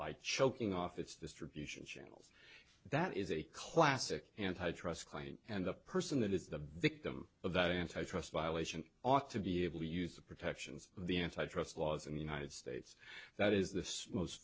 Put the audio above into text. by choking off its distribution channel that is a classic antitrust client and the person that is the victim of that antitrust violation ought to be able to use the protections of the antitrust laws in the united states that is this most